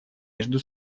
между